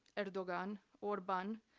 erdogan, orban,